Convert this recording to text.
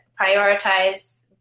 prioritize